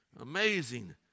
amazing